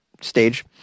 stage